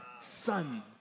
son